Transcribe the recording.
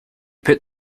put